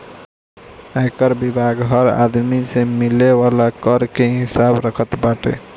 आयकर विभाग हर आदमी से मिले वाला कर के हिसाब रखत बाटे